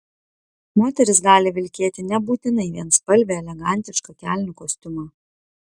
moteris gali vilkėti nebūtinai vienspalvį elegantišką kelnių kostiumą